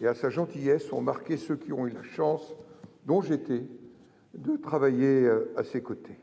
et à sa gentillesse a marqué tous ceux qui ont eu la chance, et j'en étais, de travailler à ses côtés.